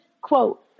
quote